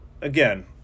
Again